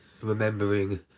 Remembering